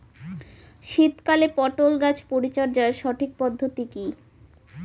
শীতকালে পটল গাছ পরিচর্যার সঠিক পদ্ধতি কী?